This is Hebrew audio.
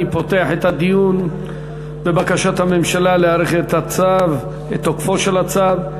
אני פותח את הדיון בבקשת הממשלה להאריך את תוקפו של הצו.